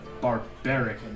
barbaric